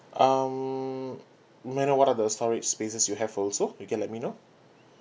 um may I know what are the storage spaces you have also you can let me know